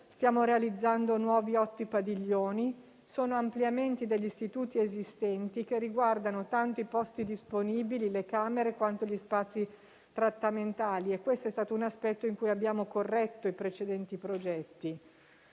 stiamo realizzando otto nuovi padiglioni, ampliamenti degli istituti esistenti, che riguardano tanto i posti disponibili, le camere, quanto i posti trattamentali. Per questo aspetto abbiamo corretto i precedenti progetti.